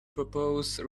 propose